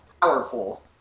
powerful